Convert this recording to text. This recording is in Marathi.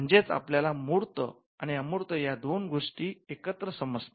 म्हणजेच आपल्याला मूर्त आणि अमूर्त या दोन गोष्टी एकत्र समजतात